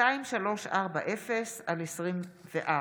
שמספרה פ/2340/24.